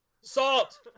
Salt